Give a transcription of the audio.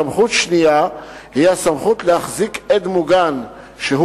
סמכות שנייה היא הסמכות להחזיק עד מוגן שהוא